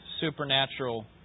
supernatural